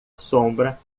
sombra